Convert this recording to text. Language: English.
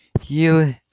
heal